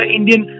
Indian